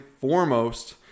foremost